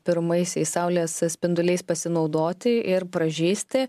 pirmaisiais saulės spinduliais pasinaudoti ir pražysti